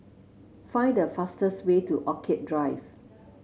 find the fastest way to Orchid Drive